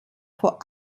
vor